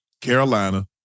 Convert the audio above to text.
Carolina